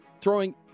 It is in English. throwing